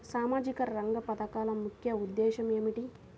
సామాజిక రంగ పథకాల ముఖ్య ఉద్దేశం ఏమిటీ?